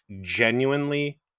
genuinely